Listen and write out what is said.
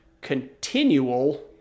continual